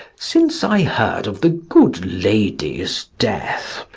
since i heard of the good lady's death,